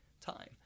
time